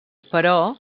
però